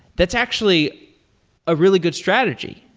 that's actually a really good strategy